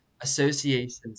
associations